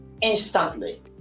instantly